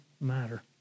matter